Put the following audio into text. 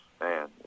Man